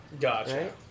Gotcha